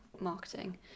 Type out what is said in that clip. marketing